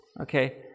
Okay